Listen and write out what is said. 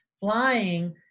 flying